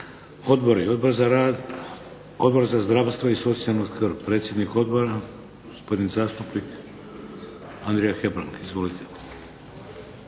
Odbori. Odbor za rad? Odbor za zdravstvo i socijalnu skrb, predsjednik odbora gospodin zastupnik Andrija Hebrang. Izvolite.